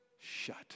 shut